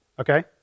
Okay